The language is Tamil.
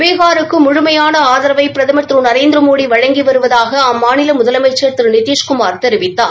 பீகாருக்கு முழுமையான ஆதரவை பிரதமர் திரு நரேந்திரமோடி வழங்கி வருவதாக அம்மாநில முதலமைச்சர் திரு நிதிஷ்குமார் தெரிவித்தார்